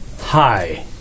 hi